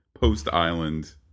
post-island